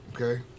okay